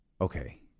Okay